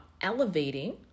elevating